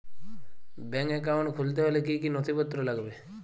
Bank account খুলতে হলে কি কি নথিপত্র লাগবে?